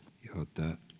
tämä